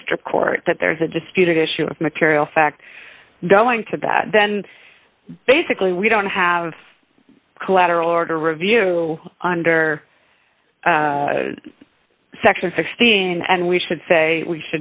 district court that there's a disputed issue of material facts going to that then basically we don't have collateral are to review under section sixteen and we should say we